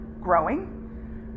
growing